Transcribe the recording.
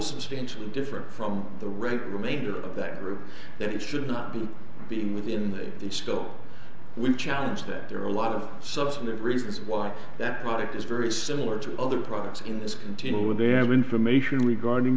substantially different from the right remainder of that group that it should not be being within the scope we challenge that there are a lot of substantive reasons why that product is very similar to other products in this continuing their information regarding